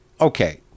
okay